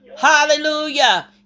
Hallelujah